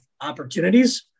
opportunities